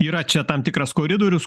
yra čia tam tikras koridorius